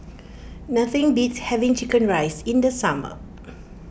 nothing beats having Chicken Rice in the summer